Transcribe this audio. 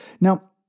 Now